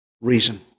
reason